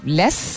less